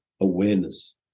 awareness